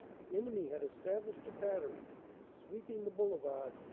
the enemy had established a battery sweeping the boulevard,